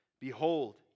Behold